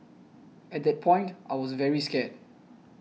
at that point I was very scared